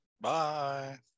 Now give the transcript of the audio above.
Bye